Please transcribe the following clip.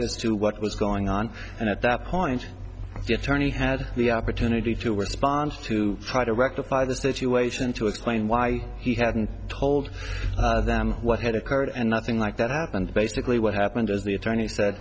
as to what was going on and at that point the attorney had the opportunity to respond to try to rectify the situation to explain why he hadn't told them what had occurred and nothing like that happened basically what happened as the attorney s